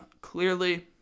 clearly